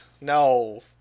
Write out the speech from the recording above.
No